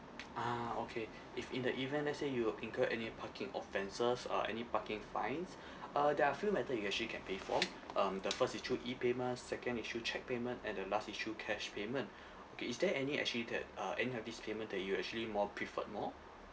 ah okay if in the event let's say you'll incur any parking offences uh any parking fines uh there are a few method you actually can pay for um the first is through E payment second is through cheque payment and the last is through cash payment okay is there any actually that uh any of this payment that you actually more preferred more